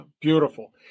Beautiful